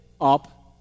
up